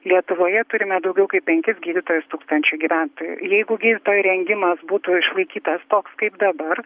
lietuvoje turime daugiau kaip penkis gydytojus tūkstančiui gyventojų jeigu gydytojų rengimas būtų išlaikytas toks kaip dabar